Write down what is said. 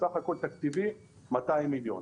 סך הכול תקציב, 200 מיליון.